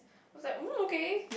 I was like oh okay